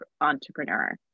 entrepreneur